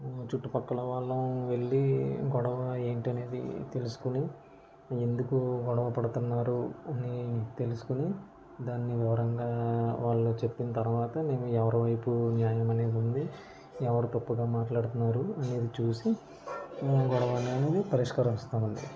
చుట్టుపక్కల వాళ్ళం వెళ్లి గొడవ ఏంటి అనేది తెలుసుకుని ఎందుకు గొడవ పడుతున్నారు అని తెలుసుకుని దాన్ని వివరంగా వాళ్లు చెప్పిన తర్వాత ఎవరి వైపు న్యాయం అనేది ఉంది ఎవరు తప్పుగా మాట్లాడుతున్నారు అనేది చూసి గొడవ అనేది పరిష్కారం ఇస్తామండి